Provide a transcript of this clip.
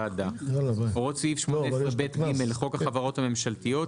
הוועדה ); הוראות סעיף 18ב(ג) לחוק החברות הממשלתיות,